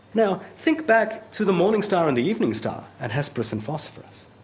now think back to the morning star and the evening star, and hesperus and phosphorus,